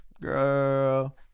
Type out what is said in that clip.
girl